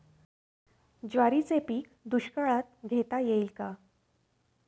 ज्वारीचे पीक दुष्काळात घेता येईल का?